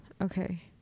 okay